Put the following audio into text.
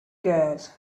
gas